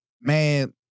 man